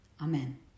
Amen